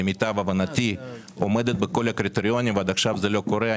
למיטב הבנתי עומדת בכל הקריטריונים ועד כה זה לא קורה.